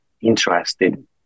interested